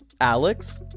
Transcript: Alex